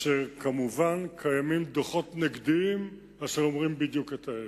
כאשר כמובן קיימים דוחות נגדיים שאומרים בדיוק את ההיפך.